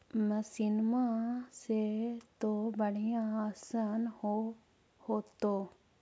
मसिनमा से तो बढ़िया आसन हो होतो?